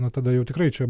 nu tada jau tikrai čia